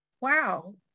wow